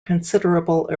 considerable